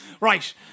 Right